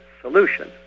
solution